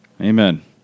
Amen